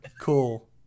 Cool